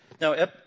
Now